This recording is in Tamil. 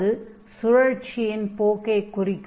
அது சுழற்சியின் போக்கைக் குறிக்கும்